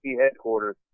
headquarters